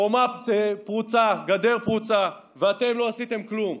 חומה פרוצה, גדר פרוצה, ואתם לא עשיתם כלום.